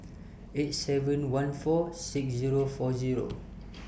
eight seven one four six Zero four Zero